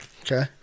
Okay